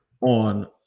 on